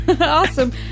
Awesome